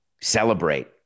Celebrate